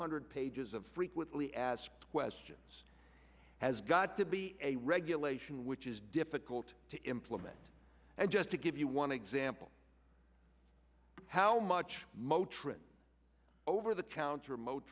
hundred pages of frequently asked questions has got to be a regulation which is difficult to implement and just to give you one example how much moe trin over the counter mo